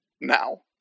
now